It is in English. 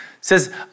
Says